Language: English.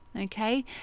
okay